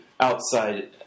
outside